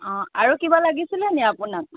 অ আৰু কিবা লাগিছিলেনি আপোনাক